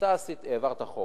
אתה העברת חוק,